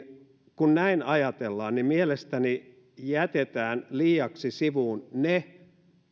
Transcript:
kun näin ajatellaan niin mielestäni jätetään liiaksi sivuun ne